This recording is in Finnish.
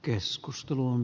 keskustelun